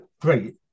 great